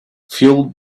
fueled